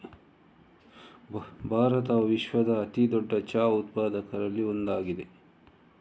ಭಾರತವು ವಿಶ್ವದ ಅತಿ ದೊಡ್ಡ ಚಹಾ ಉತ್ಪಾದಕರಲ್ಲಿ ಒಂದಾಗಿದೆ